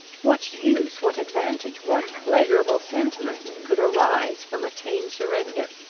what use, what advantage, what pleasurable sentiment, could arise from a tame surrender?